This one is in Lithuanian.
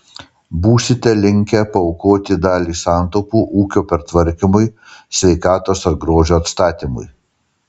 būsite linkę paaukoti dalį santaupų ūkio pertvarkymui sveikatos ar grožio atstatymui